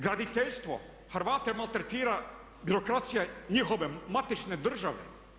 Graditeljstvo, Hrvate maltretira birokracija njihove matične države.